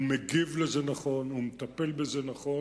הוא מגיב על זה נכון, הוא מטפל בזה נכון.